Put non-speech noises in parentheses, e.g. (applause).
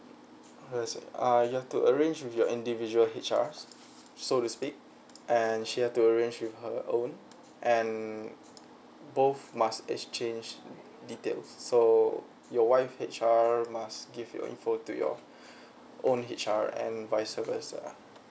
uh you have to arrange with your individual H_R so to speak and she have to arrange with her own and both must exchange details so your wife H_R must give your info to your (breath) own H_R and vice versa